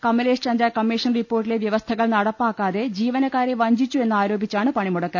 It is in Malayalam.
കമലേഷ് ചന്ദ്ര കമ്മീഷൻ റിപ്പോർട്ടിലെ വൃവസ്ഥകൾ നടപ്പാക്കാതെ ജീവനക്കാരെ വഞ്ചിച്ചു എന്നാരോപിച്ചാണ് പണിമുടക്ക്